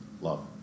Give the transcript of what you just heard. love